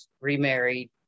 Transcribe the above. remarried